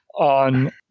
on